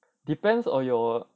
depends on your